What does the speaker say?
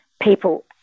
people